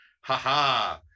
haha